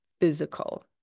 physical